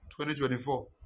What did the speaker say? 2024